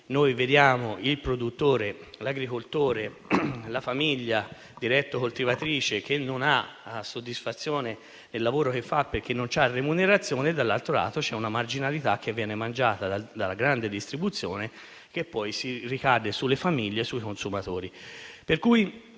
da un lato il produttore, l'agricoltore, la famiglia coltivatrice diretta non ricava soddisfazione dal lavoro che fa perché non ha remunerazione e, dall'altro lato, c'è un margine che viene mangiato dalla grande distribuzione, che poi ricade sulle famiglie e sui consumatori.